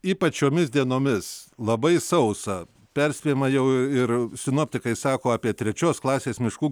ypač šiomis dienomis labai sausa perspėjama jau ir sinoptikai sako apie trečios klasės miškų